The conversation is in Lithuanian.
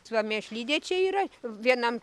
va mėšlidė čia yra vienam